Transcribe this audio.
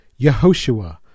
Yehoshua